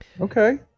Okay